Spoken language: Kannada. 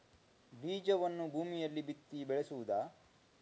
ಬೀಜವನ್ನು ಭೂಮಿಯಲ್ಲಿ ಬಿತ್ತಿ ಬೆಳೆಸುವುದಾ?